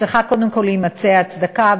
צריכה קודם כול להימצא הצדקה.